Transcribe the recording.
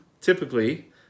typically